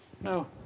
No